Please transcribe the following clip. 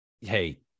hey